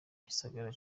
gisagara